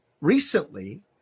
recently